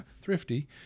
thrifty